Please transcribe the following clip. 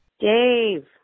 Dave